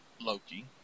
Loki